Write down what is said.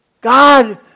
God